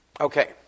Okay